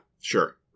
sure